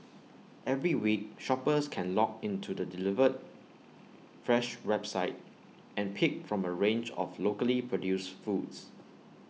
every week shoppers can log into the delivered fresh website and pick from A range of locally produced foods